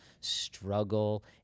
struggle